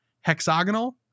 hexagonal